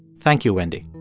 thank you, wendy